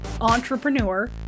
entrepreneur